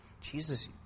Jesus